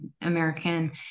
American